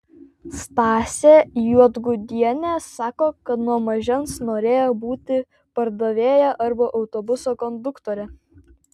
stasė juodgudienė sako kad nuo mažens norėjo būti pardavėja arba autobuso konduktore